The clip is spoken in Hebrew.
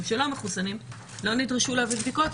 שלא מחוסנים ולא נדרשים להביא בדיקות.